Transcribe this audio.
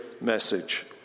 message